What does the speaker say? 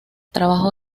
trabajó